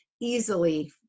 easily